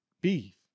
Beef